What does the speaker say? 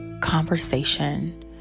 conversation